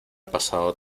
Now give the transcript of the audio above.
pasado